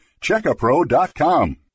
Checkapro.com